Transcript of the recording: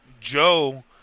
Joe